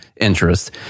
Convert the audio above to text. interest